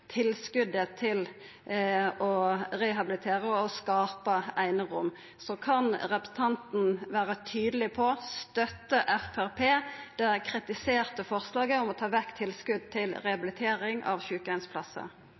tilskotet til å rehabilitera og skapa einerom. Kan representanten Hoksrud vera tydeleg på dette: Stør Framstegspartiet det kritiserte forslaget om å ta vekk tilskot til rehabilitering av